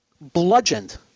Bludgeoned